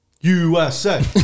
USA